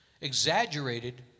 Exaggerated